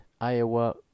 Iowa